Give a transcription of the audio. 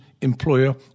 employer